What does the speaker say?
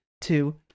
two